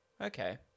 Okay